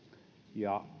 ja